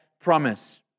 promise